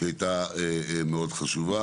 שהייתה חשובה מאוד.